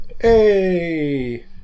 Hey